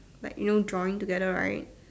like you know joint together right